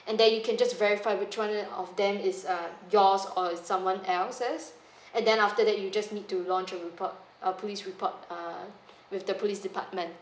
and then you can just verify which one of them is uh yours or is someone else's and then after that you just need to launch a report a police report err with the police department